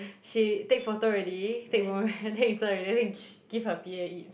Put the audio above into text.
she take photo already take boomerang then Insta already then after that give her p_a eat